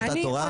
זאת אותה תורה,